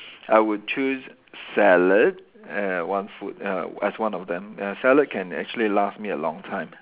I would choose salad err one food uh as one of them ah salad can actually last me a long time